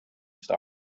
star